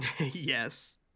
Yes